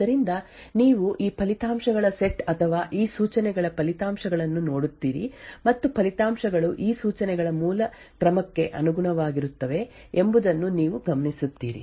ಆದ್ದರಿಂದ ನೀವು ಈ ಫಲಿತಾಂಶಗಳ ಸೆಟ್ ಅಥವಾ ಈ ಸೂಚನೆಗಳ ಫಲಿತಾಂಶಗಳನ್ನು ನೋಡುತ್ತೀರಿ ಮತ್ತು ಫಲಿತಾಂಶಗಳು ಈ ಸೂಚನೆಗಳ ಮೂಲ ಕ್ರಮಕ್ಕೆ ಅನುಗುಣವಾಗಿರುತ್ತವೆ ಎಂಬುದನ್ನು ನೀವು ಗಮನಿಸುತ್ತೀರಿ